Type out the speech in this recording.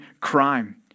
crime